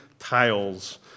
tiles